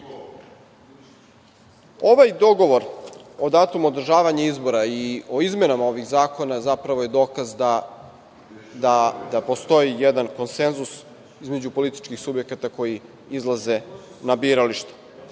dogovor o datumu održavanja izbora i o izmenama ovih zakona zapravo je dokaz da postoji jedan konsenzus između političkih subjekata koji izlaze na birališta. Najvažnije